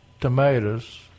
tomatoes